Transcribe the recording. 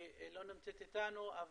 היא לא נמצאת איתנו,